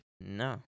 No